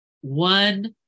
one